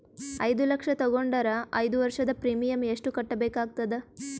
ಐದು ಲಕ್ಷ ತಗೊಂಡರ ಐದು ವರ್ಷದ ಪ್ರೀಮಿಯಂ ಎಷ್ಟು ಕಟ್ಟಬೇಕಾಗತದ?